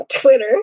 twitter